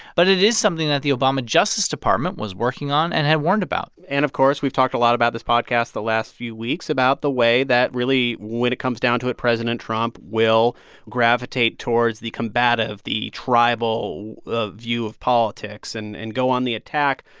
but it is something that the obama justice department was working on and had warned about and, of course, we've talked a lot about this podcast the last few weeks about the way that, really, when it comes down to it, president trump will gravitate towards the combative, the tribal ah view of politics and and go on the attack.